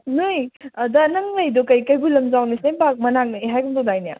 ꯅꯣꯏ ꯑꯗ ꯅꯪ ꯂꯩꯗꯣ ꯀꯩꯕꯨꯜ ꯂꯝꯖꯥꯎ ꯅꯦꯁꯅꯦꯜ ꯄꯥꯔꯛ ꯃꯅꯥꯛ ꯅꯛꯑꯦ ꯍꯥꯏꯒꯨꯝ ꯇꯧꯗꯥꯏꯅꯦ